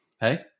Hey